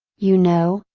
you know,